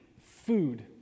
food